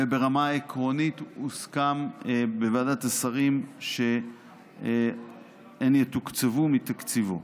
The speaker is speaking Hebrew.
וברמה העקרונית הוסכם בוועדת השרים שהן יתוקצבו מתקציבו.